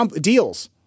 Deals